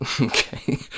Okay